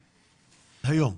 היום?